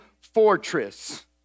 fortress